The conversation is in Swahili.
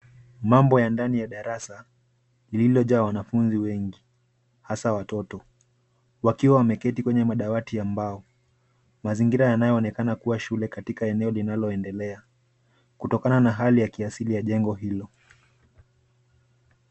Mambo ya ndani ya darasa lililo jaa wanafunzi wengi hasa watoto wakiwa Wameketi kwenye madawati ya mbao. Mazingira yanaonekana kuwa shule katika eneo linalo endelea kutokana na hali ya kiasili ya jengo hilo.